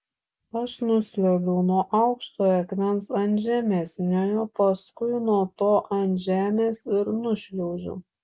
aš nusliuogiau nuo aukštojo akmens ant žemesniojo paskui nuo to ant žemės ir nušliaužiau